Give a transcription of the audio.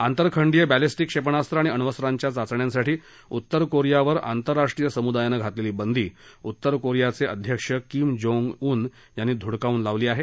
आंतरखंडीय ballistic क्षेपणास्त्र आणि अण्वस्त्रांच्या चाचण्यांसाठी उत्तर कोरियावर आंतरराष्ट्रीय समुदायानं घातलेली बंदी उत्तर कोरियाचे अध्यक्ष किम जोंग ऊन यांनी धुडकावून लावली आहे